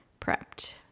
prepped